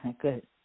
Good